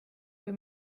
kui